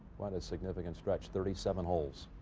quite a significant stretch. thirty-seven holes.